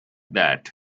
that